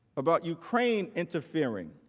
about ukraine interfering